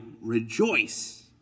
rejoice